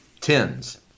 tens